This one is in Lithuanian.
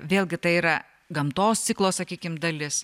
vėlgi tai yra gamtos ciklo sakykim dalis